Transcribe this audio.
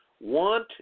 want